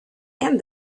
and